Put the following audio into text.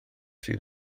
sydd